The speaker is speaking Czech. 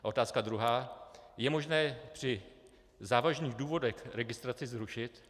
Otázka druhá: Je možné při závažných důvodech registraci zrušit?